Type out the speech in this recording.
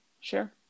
sure